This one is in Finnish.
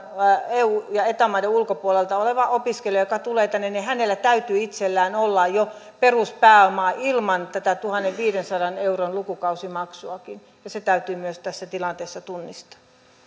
eu ja eta maiden ulkopuolelta olevalla opiskelijalla joka tulee tänne täytyy itsellään olla jo peruspääoma ilman tätä tuhannenviidensadan euron lukukausimaksuakin se täytyy myös tässä tilanteessa tunnistaa